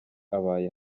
abaye